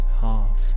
half